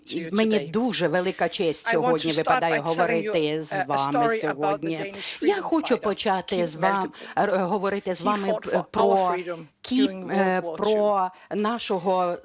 мені дуже велика честь сьогодні випадає говорити з вами. Я хочу почати говорити з вами про нашого славетного